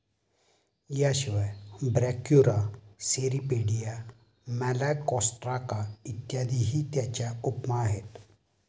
याशिवाय Brachyura, Cirripedia, Malacostraca इत्यादीही त्याच्या उपमा आहेत